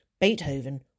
Beethoven